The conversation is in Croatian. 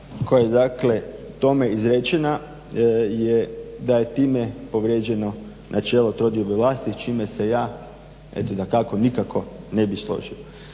dakle tome izrečena je da je time povrijeđeno načelo trodiobe vlasti čime se ja dakako nikako ne bi složio.